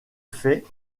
fait